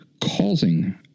causing